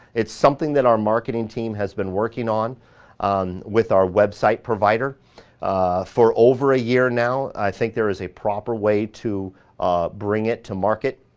it's something that our marketing team has been working on on with our website provider for over a year now. i think there is a proper way to bring it to market.